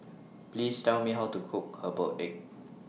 Please Tell Me How to Cook Herbal Egg